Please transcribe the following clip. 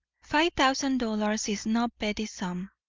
five thousand dollars is no petty sum,